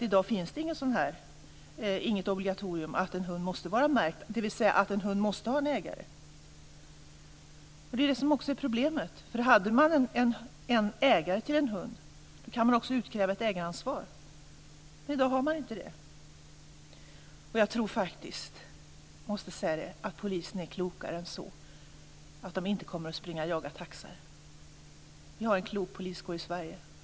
I dag finns det nämligen inget obligatorium att en hund måste vara märkt, dvs. att en hund måste ha en ägare. Det är också det som är problemet. Om det finns en ägare till en hund kan man också utkräva ett ägaransvar, men i dag kan man inte göra det. Jag måste säga att jag tror att polisen är klokare än att springa och jaga taxar. Vi har en klok poliskår i Sverige.